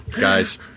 Guys